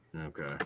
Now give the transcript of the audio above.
Okay